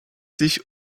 sich